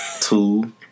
two